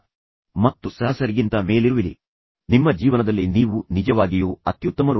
ತದನಂತರ ಈ ದಂಪತಿಗಳು ವಿಚ್ಛೇದನ ಪಡೆಯುವುದನ್ನು ನೀವು ಹೇಗೆ ತಡೆಯುತ್ತೀರಿ